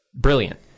brilliant